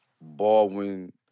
Baldwin